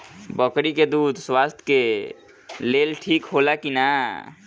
बकरी के दूध स्वास्थ्य के लेल ठीक होला कि ना?